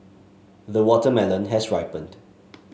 the watermelon has ripened